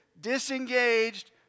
disengaged